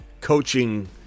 coaching